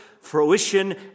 fruition